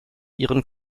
ihren